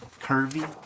curvy